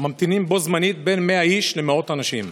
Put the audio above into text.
ממתינים בו זמנית בין 100 איש למאות אנשים.